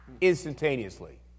instantaneously